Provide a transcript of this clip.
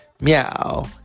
Meow